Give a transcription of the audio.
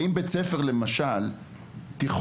האם בית ספר, למשל תיכון,